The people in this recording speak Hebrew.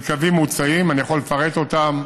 אני יכול לפרט אותם: